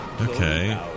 Okay